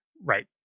Right